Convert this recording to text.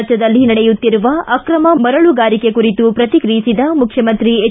ರಾಜ್ಞದಲ್ಲಿ ನಡೆಯುತ್ತಿರುವ ಅಕ್ರಮ ಮರಳುಗಾರಿಕೆ ಕುರಿತು ಪ್ರತಿಕ್ರಿಯಿಸಿದ ಮುಖ್ಯಮಂತ್ರಿ ಎಚ್